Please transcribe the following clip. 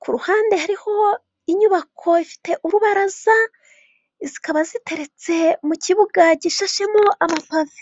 ku ruhande hariho inyubako ifite urubaraza zikaba ziteritse mu kibuga gishashemo amapave.